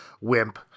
wimp